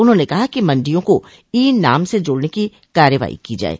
उन्होंने कहा कि मंडियों को ई नाम से जोड़ने की कार्रवाई की जाये